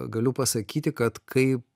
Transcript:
galiu pasakyti kad kaip